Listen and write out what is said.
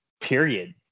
period